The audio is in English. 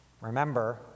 Remember